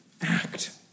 act